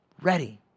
ready